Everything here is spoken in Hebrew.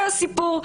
זה הסיפור.